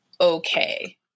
okay